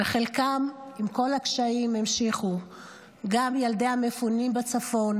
וחלקם המשיכו עם כל הקשיים, גם ילדי המפונים בצפון